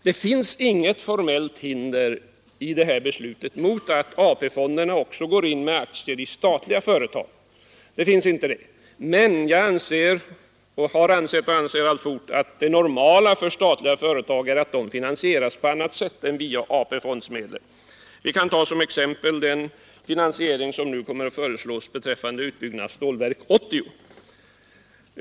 Det finns i det här beslutet inget formellt hinder mot att AP-fonderna också går in med aktier i statliga företag. Men jag har ansett — och anser alltfort — att det normala för statliga företag är att de finansieras på annat sätt än via AP-fondsmedel. Vi kan ta som exempel den finansiering som nu kommer att föreslås beträffande utbyggnaden av Stålverk 80.